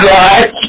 God